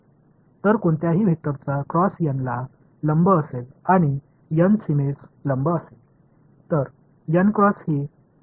n कोणत्याही वेक्टरचा cross n ला लंब असेल आणि n सीमेस लंब असेल